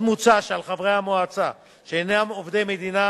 עוד מוצע שעל חברי המועצה שאינם עובדי המדינה